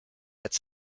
als